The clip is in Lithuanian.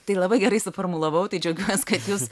tai labai gerai suformulavau tai džiaugiuos kad jūs